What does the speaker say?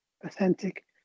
authentic